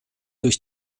durch